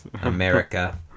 America